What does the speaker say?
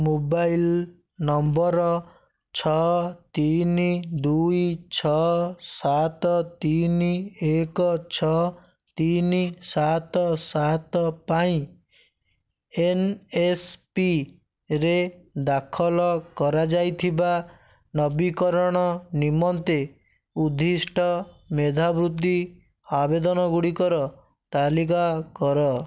mobile number ଛଅ ତିନି ଦୁଇ ଛଅ ସାତ ତିନି ଏକ ଛଅ ତିନି ସାତ ସାତ ପାଇଁ ଏନ୍ଏସ୍ପିରେ ଦାଖଲ କରାଯାଇଥିବା ନବୀକରଣ ନିମନ୍ତେ ଉଦ୍ଦିଷ୍ଟ ମେଧାବୃତ୍ତି ଆବେଦନଗୁଡ଼ିକର ତାଲିକା କର